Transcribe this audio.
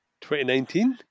2019